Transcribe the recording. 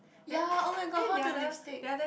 ya oh my god how do lipstick